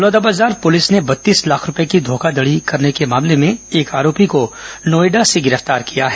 Balodabazar police ने बत्तीस लाख रूपए की धोखाधड़ी करने के मामले में एक आरोपी को नोयडा से गिरफ्तार किया है